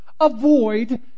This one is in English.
Avoid